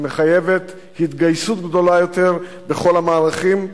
היא מחייבת התגייסות גדולה יותר בכל המערכים,